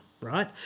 right